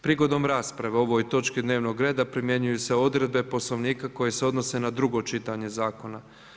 Prigodom rasprave o ovoj točki dnevnog reda primjenjuju se odredbe Poslovnika koje se odnose na drugo čitanje zakona.